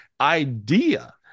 idea